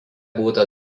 būta